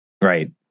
Right